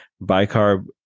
bicarb